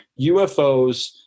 UFOs